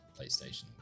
PlayStation